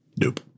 Nope